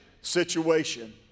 situation